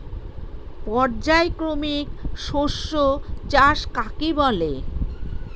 পর্যায়ক্রমিক শস্য চাষ কাকে বলে?